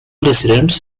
residents